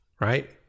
right